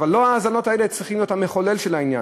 אבל לא ההאזנות האלה צריכות להיות המחולל של העניין.